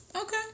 Okay